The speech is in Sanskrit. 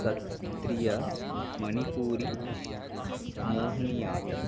सत्रिया मणिपूरि मोहनीयाटम्